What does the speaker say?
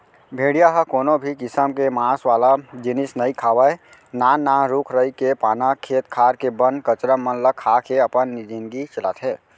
भेड़िया ह कोनो भी किसम के मांस वाला जिनिस नइ खावय नान नान रूख राई के पाना, खेत खार के बन कचरा मन ल खा के अपन जिनगी चलाथे